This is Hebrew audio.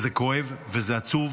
זה כואב וזה עצוב,